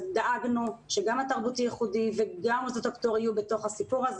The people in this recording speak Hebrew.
אז דאגנו שגם התרבותי-ייחודי וגם מוסדות הפטור יהיו בתוך הסיפור.